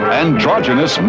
androgynous